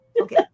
Okay